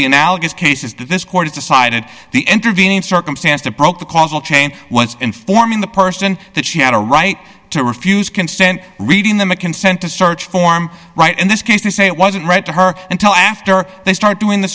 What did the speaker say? the analogous cases that this court has decided the intervening circumstance that broke the causal chain was informing the person that she had a right to refuse consent reading them a consent to search form right in this case to say it wasn't read to her until after they started doing the